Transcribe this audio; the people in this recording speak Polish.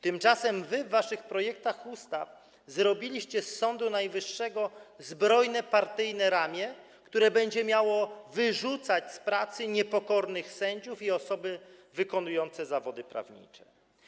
Tymczasem wy w waszych projektach ustaw zrobiliście z Sądu Najwyższego zbrojne partyjne ramię, które będzie miało wyrzucać z pracy niepokornych sędziów i osoby wykonujące zawody prawnicze.